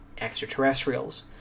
extraterrestrials